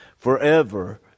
Forever